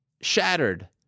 shattered